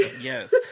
Yes